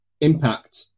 impact